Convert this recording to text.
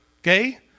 Okay